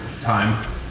time